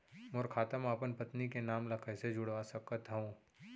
मोर खाता म अपन पत्नी के नाम ल कैसे जुड़वा सकत हो?